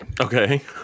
okay